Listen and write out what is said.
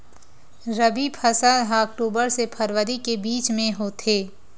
रबी फसल हा अक्टूबर से फ़रवरी के बिच में होथे